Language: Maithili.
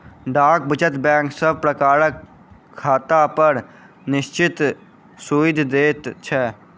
डाक वचत बैंक सब प्रकारक खातापर निश्चित सूइद दैत छै